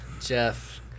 Jeff